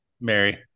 Mary